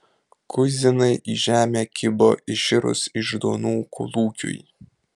kuizinai į žemę kibo iširus iždonų kolūkiui